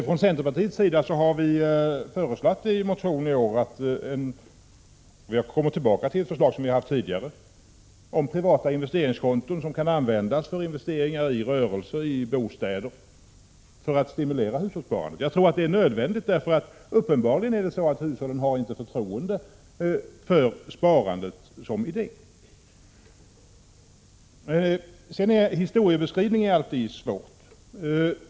Från centerpartiets sida har vi i en motion i år kommit tillbaka till ett förslag som vi har fört fram tidigare om privata investeringskonton som skall användas för investeringar i rörelser och i bostäder, för att stimulera hushållssparandet. Jag tror att det är nödvändigt, för uppenbarligen har hushållen inte förtroende för sparandet som idé. Historieskrivning är alltid svårt.